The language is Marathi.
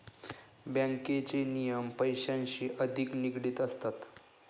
बँकेचे नियम पैशांशी अधिक निगडित असतात